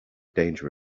danger